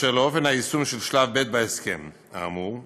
באשר לאופן היישום של שלב ב' בהסכם האמור.